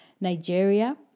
Nigeria